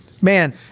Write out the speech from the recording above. Man